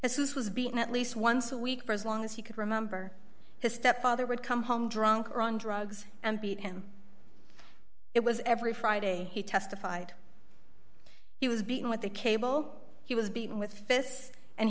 dollars this is was beaten at least once a week for as long as he could remember his stepfather would come home drunk or on drugs and beat and it was every friday he testified he was beaten with a cable he was beaten with